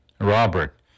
Robert